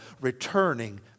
returning